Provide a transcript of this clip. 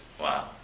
Wow